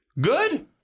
Good